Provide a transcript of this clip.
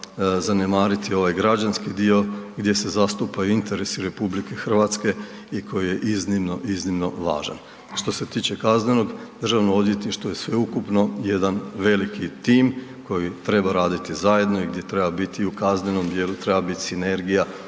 zanemariti ovaj građanski dio gdje se zastupaju interesi RH i koji je iznimno, iznimno važan. Što se tiče kaznenog državno odvjetništvo je sveukupno jedan veliki tim koji treba raditi zajedno i gdje treba biti u kaznenom dijelu treba biti sinergije